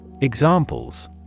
Examples